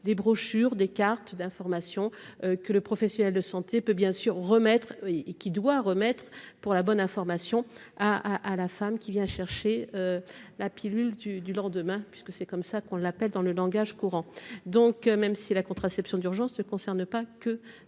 Des brochures, des cartes d'information que le professionnel de santé peut bien sûr remettre et qui doit remettre pour la bonne information à à la femme qui vient chercher la pilule du lendemain, puisque c'est comme ça qu'on l'appelle dans le langage courant, donc, même si la contraception d'urgence ne concerne pas que